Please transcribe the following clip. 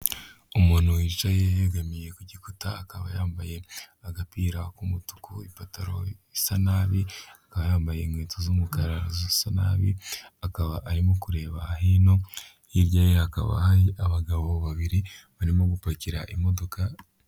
Umuntu wicaye yegamiye ku gikuta akaba yambaye agapira k'umutuku, ipataro isa nabi. Akaba yambaye inkweto z'umukara zisa nabi, akaba arimo kureba hino, hirya ye hakaba hari abagabo babiri barimo gupakira imodoka.